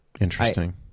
Interesting